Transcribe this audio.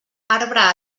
arbre